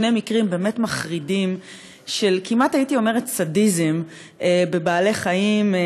בשני מקרים באמת מחרידים של כמעט-סדיזם בבעלי-חיים,